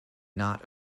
not